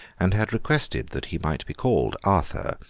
and had requested that he might be called arthur,